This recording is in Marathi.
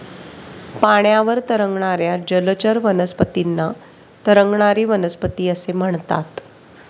पाण्यावर तरंगणाऱ्या जलचर वनस्पतींना तरंगणारी वनस्पती असे म्हणतात